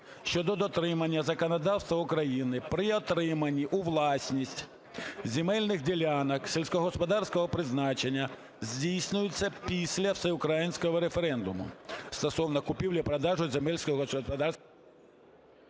щодо дотримання законодавства України при отриманні у власність земельних ділянок сільськогосподарського призначення, здійснюються після всеукраїнського референдуму стосовно купівлі-продажу земель сільськогосподарського…".